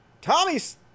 Tommy's